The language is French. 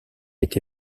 été